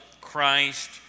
Christ